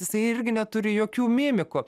jisai irgi neturi jokių mimikų